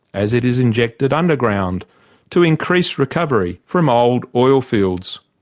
as it is injected underground to increase recovery from old oil fields.